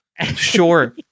sure